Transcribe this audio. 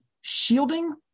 shielding